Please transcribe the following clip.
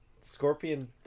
Scorpion